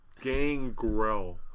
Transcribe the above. Gangrel